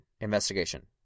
investigation